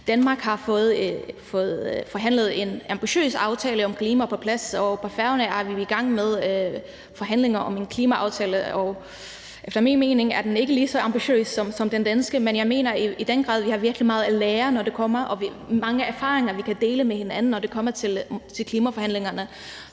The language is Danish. Danmark har fået forhandlet en ambitiøs aftale om klimaet på plads, og på Færøerne er vi i gang med forhandlinger om en klimaaftale. Og efter min mening er den ikke lige så ambitiøs som den danske, men jeg mener i den grad, vi har virkelig meget at lære og mange erfaringer, vi kan dele med hinanden, når det kommer til klimaforhandlingerne.